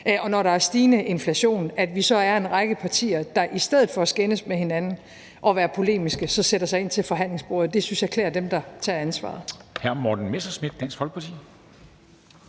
og når der er stigende inflation, så er vi en række partier, der i stedet for at skændes med hinanden og være polemiske sætter sig ind til forhandlingsbordet. Det synes jeg klæder dem, der tager ansvaret.